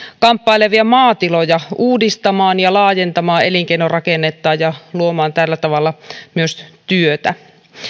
kamppailevia maatiloja uudistamaan ja laajentamaan elinkeinorakennettaan ja luomaan tällä tavalla myös työtä